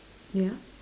yeah